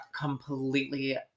completely